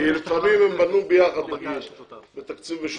כי לפעמים הם ביחד בתקציב משותף,